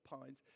pines